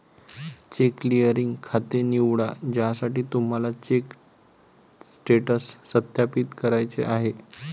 check clearing खाते निवडा ज्यासाठी तुम्हाला चेक स्टेटस सत्यापित करायचे आहे